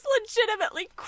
legitimately